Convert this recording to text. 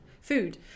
food